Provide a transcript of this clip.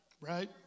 Right